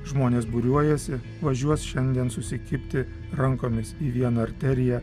žmonės būriuojasi važiuos šiandien susikibti rankomis į vieną arteriją